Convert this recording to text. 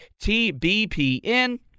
TBPN